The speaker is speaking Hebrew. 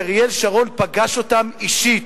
כי אריאל שרון פגש אותן אישית.